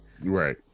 right